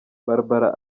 barbara